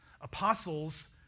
Apostles